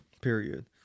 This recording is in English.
period